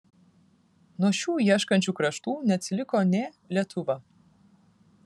nuo šių ieškančių kraštų neatsiliko nė lietuva